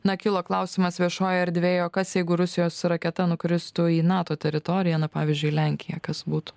na kilo klausimas viešojoj erdvėj o kas jeigu rusijos raketa nukristų į nato teritoriją na pavyzdžiui lenkiją kas būtų